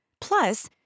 Plus